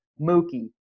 Mookie